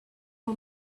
for